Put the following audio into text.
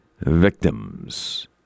victims